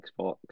Xbox